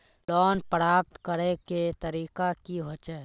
Loan प्राप्त करे के तरीका की होते?